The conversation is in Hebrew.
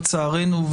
לצערנו,